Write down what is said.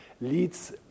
leads